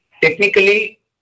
technically